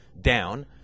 down